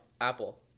Apple